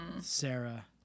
Sarah